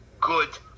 good